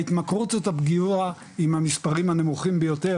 ההתמכרות זאת הפגיעה עם המספרים הנמוכים ביותר,